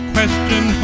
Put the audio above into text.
Question